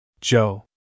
Joe